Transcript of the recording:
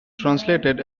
translated